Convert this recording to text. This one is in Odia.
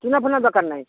ଚୁନା ଫୁନା ଦରକାର ନାହିଁ